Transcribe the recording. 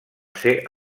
ser